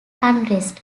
unrest